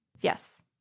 Yes